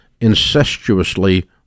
incestuously